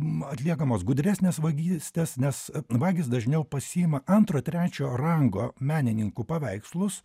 atliekamos gudresnės vagystės nes vagys dažniau pasiima antro trečio rango menininkų paveikslus